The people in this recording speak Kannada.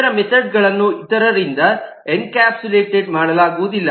ಇದರ ಮೆಥೆಡ್ಗಳನ್ನು ಇತರರಿಂದ ಎನ್ಕ್ಯಾಪ್ಸುಲೇಟ್ ಮಾಡಲಾಗುವುದಿಲ್ಲ